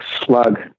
slug